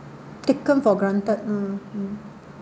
taken for granted mm mm